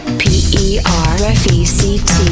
perfect